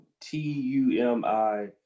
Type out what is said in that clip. T-U-M-I